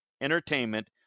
Entertainment